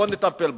בואו נטפל בה.